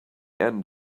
end